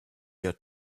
your